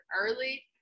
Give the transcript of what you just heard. early